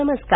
नमस्कार